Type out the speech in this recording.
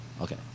Okay